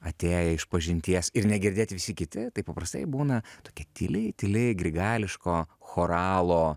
atėję išpažinties ir negirdėt visi kiti tai paprastai būna tokia tyli tyli grigališko choralo